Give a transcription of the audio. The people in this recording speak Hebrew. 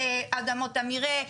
אדמות המרעה,